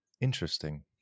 Interesting